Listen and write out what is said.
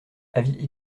avis